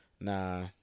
nah